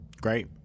Great